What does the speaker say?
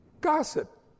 gossip